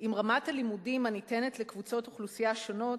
עם רמת הלימודים הניתנת לקבוצות אוכלוסייה שונות